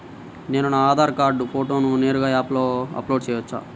నేను నా ఆధార్ కార్డ్ ఫోటోను నేరుగా యాప్లో అప్లోడ్ చేయవచ్చా?